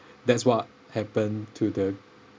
that's what happened to the